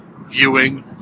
viewing